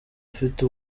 ufite